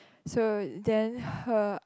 so then her